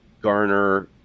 garner